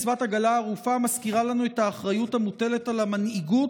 מצוות עגלה ערופה מזכירה לנו את האחריות המוטלת על המנהיגות